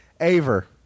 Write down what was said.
Aver